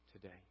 today